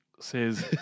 says